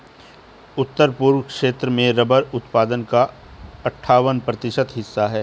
उत्तर पूर्व क्षेत्र में रबर उत्पादन का अठ्ठावन प्रतिशत हिस्सा है